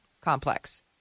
complex